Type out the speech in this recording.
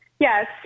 Yes